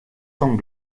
son